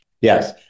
Yes